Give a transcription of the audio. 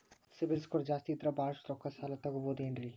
CIBIL score ಜಾಸ್ತಿ ಇದ್ರ ಬಹಳಷ್ಟು ರೊಕ್ಕ ಸಾಲ ತಗೋಬಹುದು ಏನ್ರಿ?